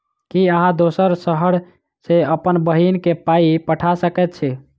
की अहाँ दोसर शहर सँ अप्पन बहिन केँ पाई पठा सकैत छी?